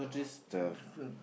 different